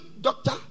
doctor